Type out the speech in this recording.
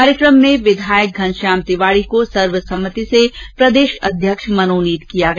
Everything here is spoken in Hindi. कार्यक्रम में विधायक घनश्याम तिवाड़ी को सर्वसम्मति से प्रदेश अध्यक्ष मनोनित किया गया